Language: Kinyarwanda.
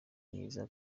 myiza